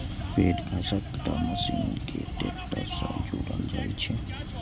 पैघ घसकट्टा मशीन कें ट्रैक्टर सं जोड़ल जाइ छै